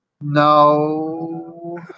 No